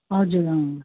हजुर अँ